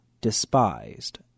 despised